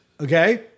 okay